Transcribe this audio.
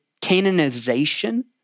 canonization